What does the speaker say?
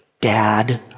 Dad